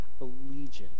allegiance